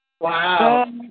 Wow